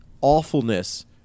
awfulness